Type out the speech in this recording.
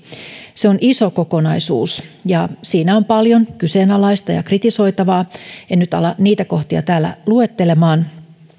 se on iso kokonaisuus ja siinä on paljon kyseenalaista ja kritisoitavaa en nyt ala niitä kohtia täällä luettelemaan